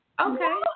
Okay